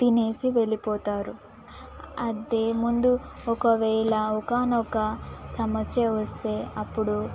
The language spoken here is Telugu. తినేసి వెళ్ళిపోతారు అదే ముందు ఒకవేళ ఒకానొక సమస్య వస్తే అప్పుడు